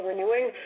Renewing